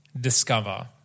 discover